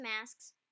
masks